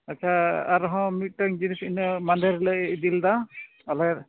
ᱟᱪᱷᱟ ᱟᱨᱦᱚᱸ ᱢᱤᱫᱴᱟᱝ ᱡᱤᱱᱤᱥ ᱤᱱᱟᱹ ᱢᱟᱫᱷᱮᱨ ᱦᱤᱞᱳᱜ ᱮ ᱤᱫᱤ ᱞᱮᱫᱟ ᱟᱞᱮ